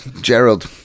Gerald